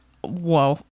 Whoa